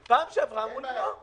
לא, בפעם שעברה אמרו לי לא.